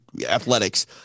athletics